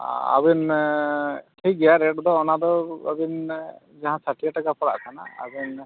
ᱟᱵᱮᱱ ᱴᱷᱤᱠ ᱜᱮᱭᱟ ᱨᱮᱹᱴ ᱫᱚ ᱚᱱᱟᱫᱚ ᱟᱹᱵᱤᱱ ᱡᱟᱦᱟᱸ ᱥᱟᱛᱥᱚ ᱴᱟᱠᱟ ᱯᱟᱲᱟᱜ ᱠᱟᱱᱟ ᱟᱹᱵᱤᱱ